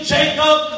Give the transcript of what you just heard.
Jacob